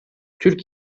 türk